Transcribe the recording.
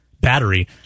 battery